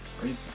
crazy